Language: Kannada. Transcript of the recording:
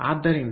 ಆದ್ದರಿಂದ